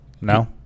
No